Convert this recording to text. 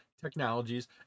technologies